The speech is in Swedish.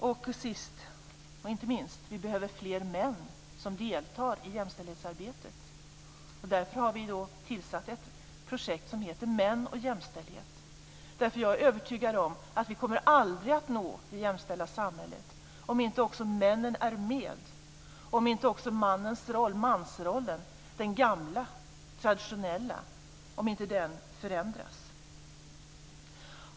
· Vi behöver, sist men inte minst, fler män som deltar i jämställdhetsarbetet. Därför har vi startat ett projekt som heter Män och jämställdhet. Jag är nämligen övertygad om att vi aldrig kommer att nå det jämställda samhället om inte också männen är med, om inte också den gamla traditionella mansrollen förändras.